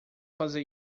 fazer